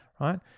Right